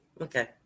Okay